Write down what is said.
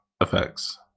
effects